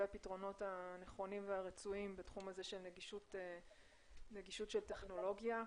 הפתרונות הנכונים והרצויים בתחום הזה של נגישות של טכנולוגיה,